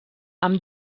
amb